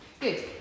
Good